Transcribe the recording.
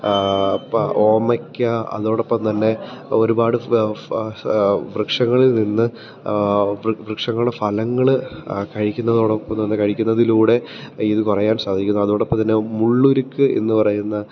ഓമയ്ക്ക അതോടൊപ്പം തന്നെ ഒരുപാട് വൃക്ഷങ്ങളിൽ നിന്ന് വൃക്ഷങ്ങളുടെ ഫലങ്ങള് കഴിക്കുന്നതോടൊപ്പം തന്നെ കഴിക്കുന്നതിലൂടെ ഇത് കുറയ്ക്കാൻ സാധിക്കുന്നു അതോടൊപ്പം തന്നെ മുള്ളുരുക്ക് എന്നുപറയുന്ന